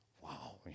wow